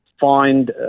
find